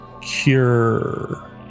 cure